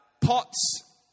pots